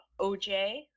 OJ